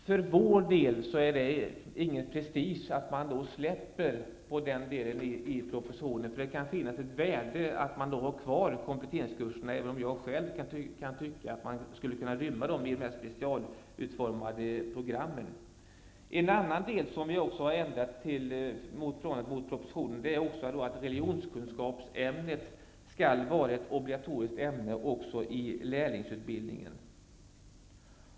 För vår del ligger ingen prestige i att släppa på den delen av propositionen. Det kan finnas ett värde i att ha kvar kompletteringskurserna, även om jag kan tycka att de skulle kunna rymmas i de specialutformade programmen. En annan ändring i förhållande till propositionen är att religionskunskapsämnet skall vara ett obligatoriskt ämne också i lärlingsutbildningen.